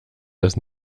das